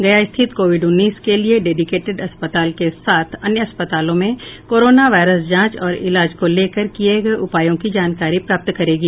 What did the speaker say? गया स्थित कोविड उन्नीस के लिये डेडिकेटेड अस्पताल के साथ अन्य अस्पतालों में कोरोना वायरस जांच और इलाज को लेकर किये गये उपायों की जानकारी प्राप्त करेगी